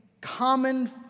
common